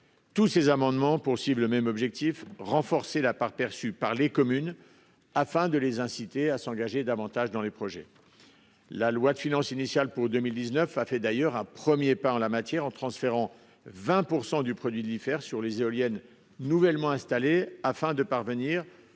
tous ces amendements pour cibles même objectif renforcer la part perçue par les communes afin de les inciter à s'engager davantage dans les projets. La loi de finances initiale pour 2019 a fait d'ailleurs à premier pas en la matière en transférant 20% du produit diffère sur les éoliennes nouvellement installés afin de parvenir à la répartition suivante,